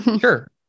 Sure